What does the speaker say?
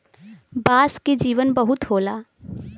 बांस के जीवन बहुत होला